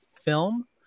film